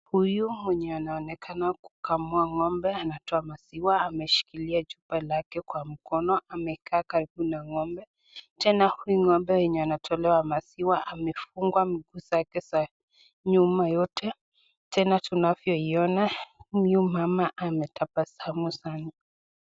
Huyu mwenye anaonekana hapa anaonekana kukamua ng'ombe ameshikilia maziwa kwa chupa lakie kwa mkono. Amekaa karibu na ng'ombe. Tena huyu nd'ombe anayetolewa maziwa amefunga miguu zake za nyuma yote. Tena tunavyo ona huyu mama ametabasamu sana.